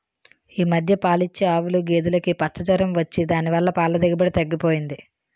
ఈ మధ్య పాలిచ్చే ఆవులు, గేదులుకి పచ్చ జొరం వచ్చి దాని వల్ల పాల దిగుబడి తగ్గిపోయింది